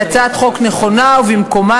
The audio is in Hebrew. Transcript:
היא הצעת חוק נכונה ובמקומה,